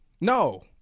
No